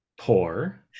poor